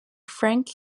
frank